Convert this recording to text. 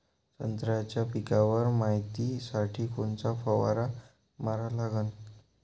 संत्र्याच्या पिकावर मायतीसाठी कोनचा फवारा मारा लागन?